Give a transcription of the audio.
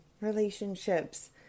relationships